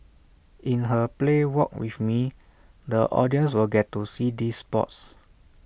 in her play walk with me the audience will get to see these spots